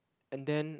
and then